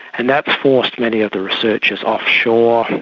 and that's forced many of the researchers offshore,